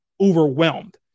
overwhelmed